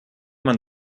man